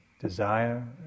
Desire